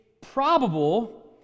probable